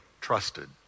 trusted